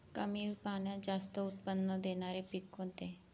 कमी पाण्यात जास्त उत्त्पन्न देणारे पीक कोणते?